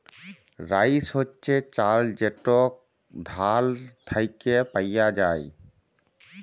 rice হছে চাল যেট ধাল থ্যাইকে পাউয়া যায়